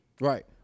Right